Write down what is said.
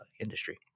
industry